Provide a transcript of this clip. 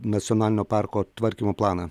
nacionalinio parko tvarkymo planą